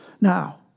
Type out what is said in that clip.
Now